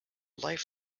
life